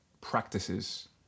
Practices